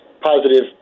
positive